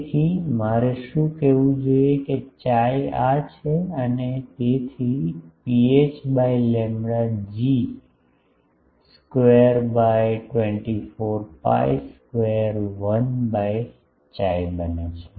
તેથી મારે શું કહેવું જોઈએ કે chi આ છે અને તેથી ρh by lambda G square by 24 pi square 1 by Chi બને છે